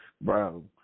bro